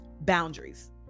boundaries